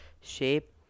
shape